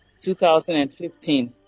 2015